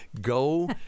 go